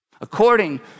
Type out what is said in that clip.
According